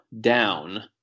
down